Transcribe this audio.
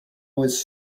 was